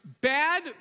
bad